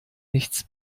nichts